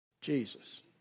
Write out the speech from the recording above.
Jesus